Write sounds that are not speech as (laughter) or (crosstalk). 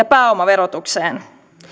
(unintelligible) pääomaverotukseen